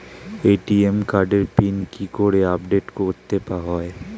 ATM কার্ডের PIN কি করে আপডেট করতে হয়?